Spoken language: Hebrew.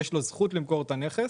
יש לו זכות למכור את הנכס.